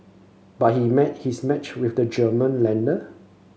but he met his match with the German lender